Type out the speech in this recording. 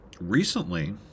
recently